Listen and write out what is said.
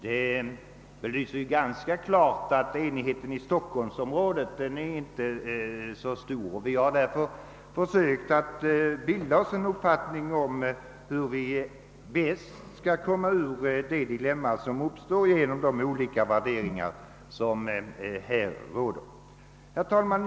Den belyser ganska klart att enigheten i stockholmsområdet inte är så stor. Vi har därför försökt att bilda oss en uppfattning om hur vi bäst skall komma ut ur det dilemma som uppstår genom de olika värderingar som här råder. Herr talman!